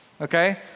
Okay